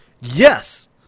Yes